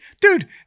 dude